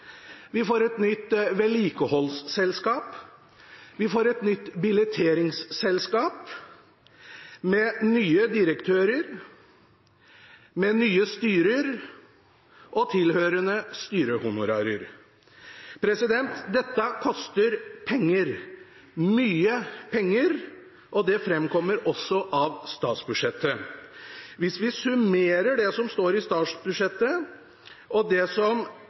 vi får et nytt vedlikeholdsselskap, vi får et nytt billetteringsselskap – med nye direktører, med nye styrer og tilhørende styrehonorarer. Dette koster penger – mye penger – og det framkommer også av statsbudsjettet. Hvis vi summerer det som står i statsbudsjettet og det som